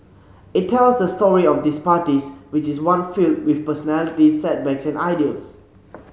it tells the story of these parties which is one filled with personalities setbacks and ideals